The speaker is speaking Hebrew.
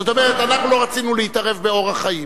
זאת אומרת, אנחנו לא רצינו להתערב באורח חיים,